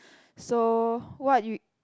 so what you